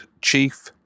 chief